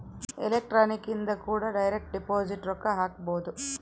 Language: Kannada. ಎಲೆಕ್ಟ್ರಾನಿಕ್ ಇಂದ ಕೂಡ ಡೈರೆಕ್ಟ್ ಡಿಪೊಸಿಟ್ ರೊಕ್ಕ ಹಾಕ್ಬೊದು